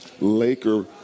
Laker